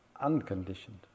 unconditioned